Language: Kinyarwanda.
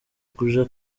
kuja